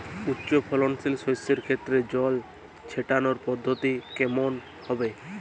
উচ্চফলনশীল শস্যের ক্ষেত্রে জল ছেটানোর পদ্ধতিটি কমন হবে?